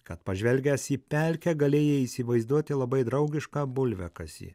kad pažvelgęs į pelkę galėjai įsivaizduoti labai draugišką bulviakasį